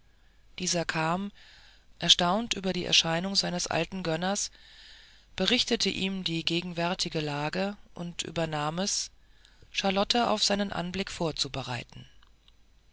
dieser kam erstaunt über die erscheinung seines alten gönners berichtete ihm die gegenwärtige lage und übernahm es charlotten auf seinen anblick vorzubereiten